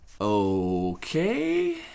Okay